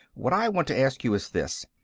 what i want to ask you is this.